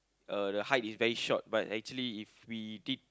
uh the height is very short but actually if we did